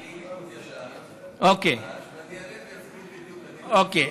אני ליכוד ישן, אז אני אעלה ואסביר בדיוק, אוקיי.